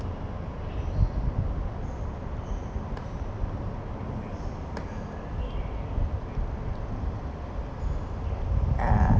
uh